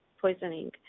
poisoning